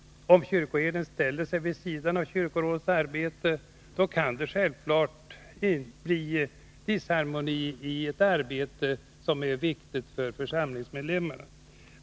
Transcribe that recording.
Om kyrkoherden ställer sig vid sidan av kyrkorådets arbete kan det självfallet bli disharmoni i ett arbete som är viktigt för församlingens medlemmar.